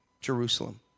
Jerusalem